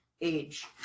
age